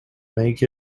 make